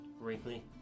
wrinkly